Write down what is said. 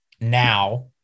now